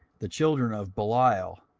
the children of belial,